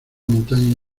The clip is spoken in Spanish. montaña